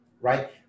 Right